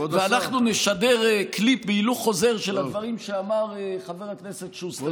ונשדר קליפ בהילוך חוזר של הדברים שאמר חבר הכנסת שוסטר,